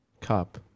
cup